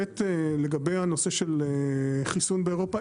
ב' לגבי הנושא של חיסון באירופה,